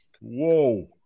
Whoa